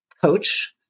coach